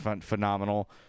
phenomenal